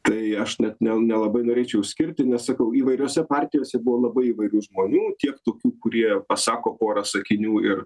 tai aš net nel nelabai norėčiau išskirti nes sakau įvairiose partijose buvo labai įvairių žmonių tiek tokių kurie pasako porą sakinių ir